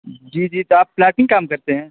جی جی تو آپ پلاٹنگ کام کرتے ہیں